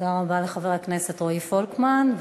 תודה רבה לחבר הכנסת רועי פולקמן.